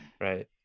right